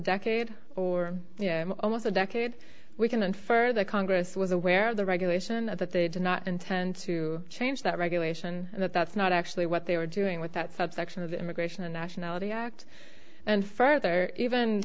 decade or almost a decade we can infer that congress was aware of the regulation of that they did not intend to change that regulation and that that's not actually what they were doing with that subsection of immigration and nationality act and further even